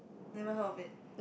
never heard of it